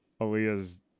Aaliyah's